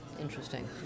interesting